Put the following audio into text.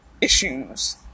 issues